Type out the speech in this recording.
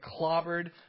clobbered